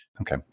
Okay